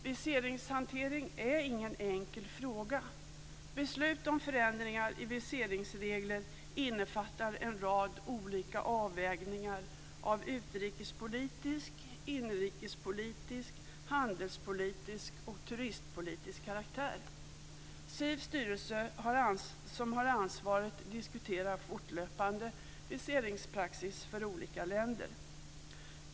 Viseringshantering är inte någon enkel fråga. Beslut om förändringar i viseringsregler innefattar en rad olika avvägningar av utrikespolitisk, inrikespolitisk, handelspolitisk och turistpolitisk karaktär. SIV:s styrelse, som har ansvaret, diskuterar fortlöpande viseringspraxis för olika länder.